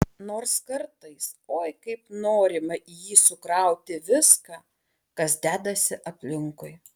nors kartais oi kaip norima į jį sukrauti viską kas dedasi aplinkui